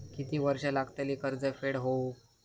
किती वर्षे लागतली कर्ज फेड होऊक?